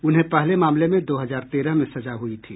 उन्हें पहले मामलें में वर्ष दो हजार तेरह में सजा हुई थी